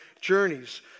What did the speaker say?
journeys